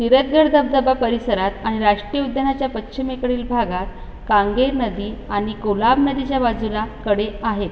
तिरथगड धबधबा परिसरात आणि राष्ट्रीय उद्यानाच्या पश्चिमेकडील भागात कांगेर नदी आणि कोलाब नदीच्या बाजूला कडे आहेत